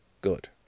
Good